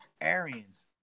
Arian's